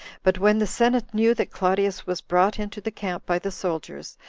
but when the senate knew that claudius was brought into the camp by the soldiers,